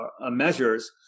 measures